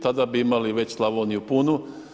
Tada bi imali već Slavoniju punu.